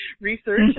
research